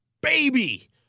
Baby